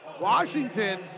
Washington